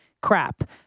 crap